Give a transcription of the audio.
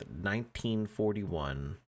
1941